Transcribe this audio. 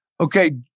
okay